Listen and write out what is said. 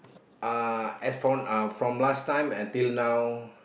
uh as from uh from last time until now